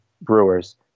Brewers